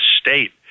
state